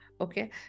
Okay